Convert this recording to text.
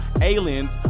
aliens